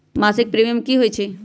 मासिक प्रीमियम की होई छई?